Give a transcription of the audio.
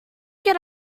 get